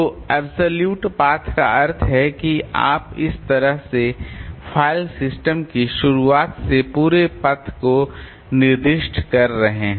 तो अब्सोल्युट पथ का अर्थ है कि आप इस तरह से फ़ाइल सिस्टम की शुरुआत से पूरे पथ को निर्दिष्ट कर रहे हैं